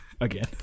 Again